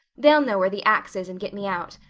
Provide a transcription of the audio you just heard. they'll know where the axe is and get me out.